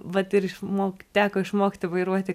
vat ir išmok teko išmokti vairuoti